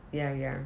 ya ya